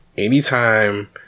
Anytime